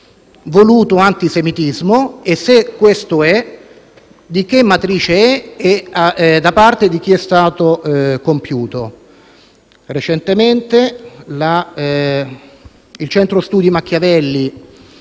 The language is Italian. voluto antisemitismo e, se così è, di che matrice è e da parte di chi è stato compiuto. Recentemente il Centro studi politici